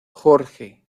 jorge